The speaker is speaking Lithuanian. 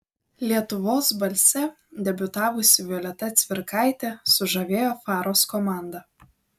lietuvos balse debiutavusi violeta cvirkaitė sužavėjo faros komandą